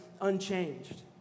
unchanged